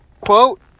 Quote